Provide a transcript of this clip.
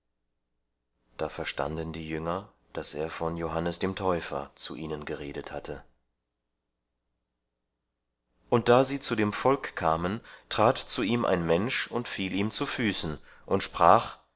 da verstanden die jünger daß er von johannes dem ttäufer zu ihnen geredet hatte und da sie zu dem volk kamen trat zu ihm ein mensch und fiel ihm zu füßen und sprach